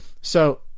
So-